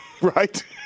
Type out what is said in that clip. right